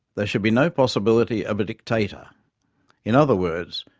there should be no possibility of a dictator in other words,